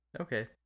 Okay